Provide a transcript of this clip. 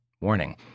Warning